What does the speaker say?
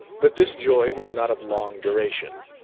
but this joy was not of long duration.